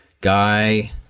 guy